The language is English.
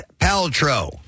Paltrow